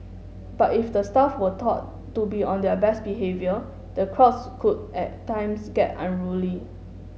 but if the staff were taught to be on their best behaviour the crowds could at times get unruly